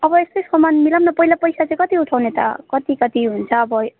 अब यस्तै सामान मिलाउँ न त पहिला पैसा चाहिँ कति उठाउने त कति कति हुन्छ अब